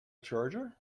charger